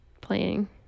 playing